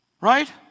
Right